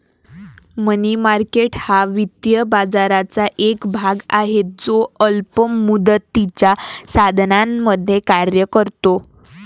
मनी market हा वित्तीय बाजाराचा एक भाग आहे जो अल्प मुदतीच्या साधनांमध्ये कार्य करतो